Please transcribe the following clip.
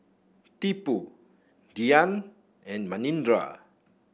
Tipu Dhyan and Manindra